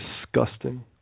Disgusting